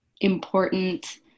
important